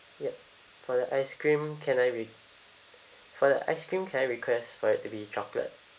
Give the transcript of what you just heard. yup for the ice cream can I re~ for the ice cream can I request for it to be chocolate